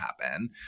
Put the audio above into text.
happen